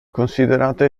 considerata